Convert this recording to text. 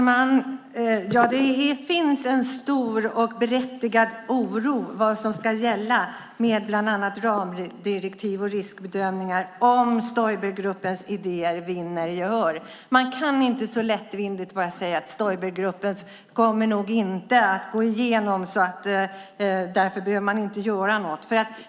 Herr talman! Det finns en stor och berättigad oro för vad som ska gälla för bland annat ramdirektiv och riskbedömningar om Stoibergruppens idéer vinner gehör. Man kan inte bara lättvindigt säga att Stoibergruppens förslag inte kommer att gå igenom, och därför behöver man inte göra något.